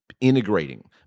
integrating